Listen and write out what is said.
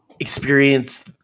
experience